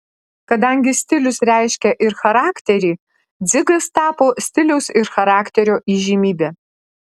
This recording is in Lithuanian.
kadangi stilius reiškia ir charakterį dzigas tapo stiliaus ir charakterio įžymybe